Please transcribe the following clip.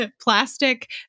plastic